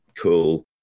cool